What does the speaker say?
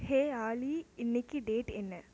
ஹே ஆலி இன்னைக்கு டேட் என்ன